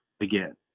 again